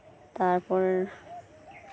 ᱛᱟᱨᱯᱚᱨ